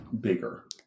bigger